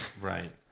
Right